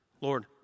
Lord